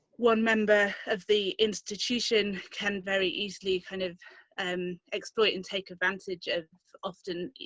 one member of the institution can very easily kind of um exploiting. take advantage of often